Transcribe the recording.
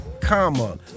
Comma